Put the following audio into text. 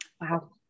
Wow